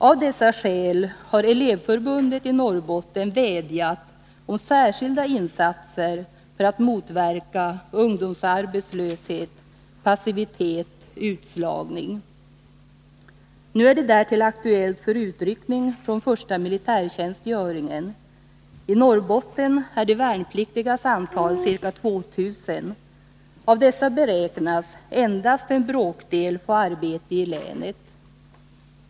Av dessa skäl har Elevförbundet i Norrbotten vädjat om särskilda insatser för att motverka ungdomsarbetslöshet, passivitet, utslagning. Nu är det därtill aktuellt med utryckning från första militärtjänstgöringen. I Norrbotten är de värnpliktigas antal ca 2 000. Av dessa beräknas endast en bråkdel få arbete i länet.